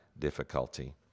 difficulty